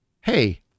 hey